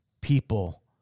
people